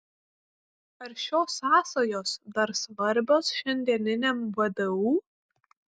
ar šios sąsajos dar svarbios šiandieniniam vdu